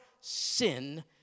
sin